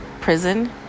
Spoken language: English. prison